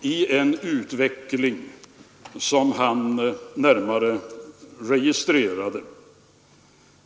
i en utveckling som han registrerade.